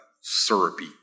syrupy